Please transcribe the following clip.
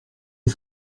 est